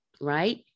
right